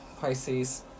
Pisces